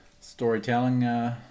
storytelling